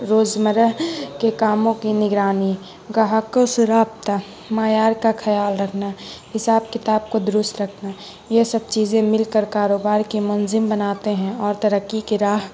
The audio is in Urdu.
روزمرہ کے کاموں کی نگرانی گاہکوں سے رابطہ معیار کا خیال رکھنا حساب کتاب کو درست رکھنا یہ سب چیزیں مل کر کاروبار کی منظم بناتے ہیں اور ترقی کی راہ